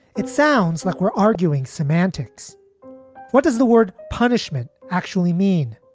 it sounds like we're arguing semantics what does the word punishment actually mean?